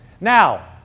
Now